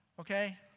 Okay